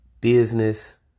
business